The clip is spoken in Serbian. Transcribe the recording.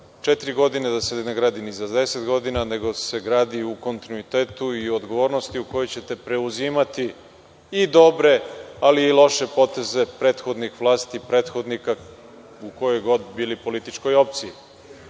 četiri godine, da se ne gradi ni za deset godina, nego se gradi u kontinuitetu i odgovornosti u kojoj ćete preuzimati i dobre, ali i loše poteze prethodnih vlasti, prethodnika u kojoj god bili političkoj